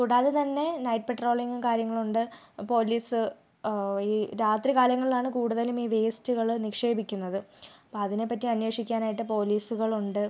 കൂടാതെ തന്നെ നൈറ്റ് പട്രോളിങ്ങും കാര്യങ്ങളും ഉണ്ട് പോലീസ് ഈ രാത്രി കാലങ്ങളിലാണ് കൂടുതലും ഈ വേസ്റ്റുകൾ നിക്ഷേപിക്കുന്നത് അപ്പം അതിനെ പറ്റി അന്വേഷിക്കാനായിട്ട് പോലീസുകളുണ്ട്